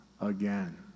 again